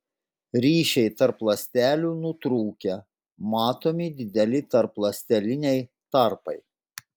ryšiai tarp ląstelių nutrūkę matomi dideli tarpląsteliniai tarpai